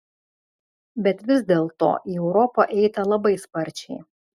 bet vis dėlto į europą eita labai sparčiai